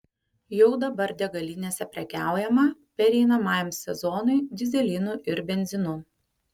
jau dabar degalinėse prekiaujama pereinamajam sezonui dyzelinu ir benzinu